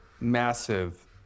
massive